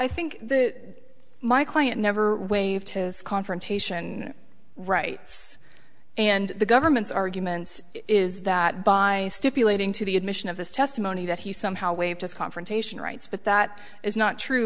i think that my client never waived his confrontation rights and the government's argument is that by stipulating to the admission of his testimony that he somehow waive just confrontation rights but that is not true